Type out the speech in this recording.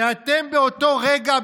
כשאתם באותו רגע,